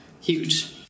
huge